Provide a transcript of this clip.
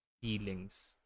feelings